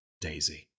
Daisy